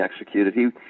executed